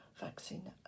vaccine